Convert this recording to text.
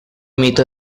mito